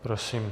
Prosím.